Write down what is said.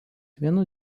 vienu